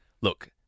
Look